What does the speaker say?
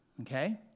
okay